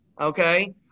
okay